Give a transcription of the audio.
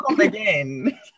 again